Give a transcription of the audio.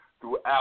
throughout